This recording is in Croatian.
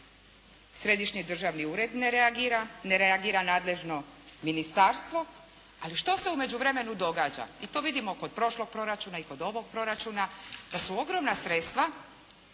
Središnji državni ured ne reagira, ne reagira nadležno ministarstvo, ali što se u međuvremenu događa i to vidimo i kod prošlog proračuna i kod ovog proračuna, da su ogromna sredstva